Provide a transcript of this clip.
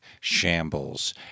shambles